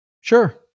Sure